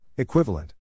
Equivalent